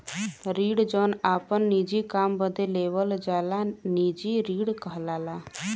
ऋण जौन आपन निजी काम बदे लेवल जाला निजी ऋण कहलाला